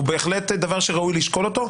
הוא בהחלט דבר שראוי לשקול אותו.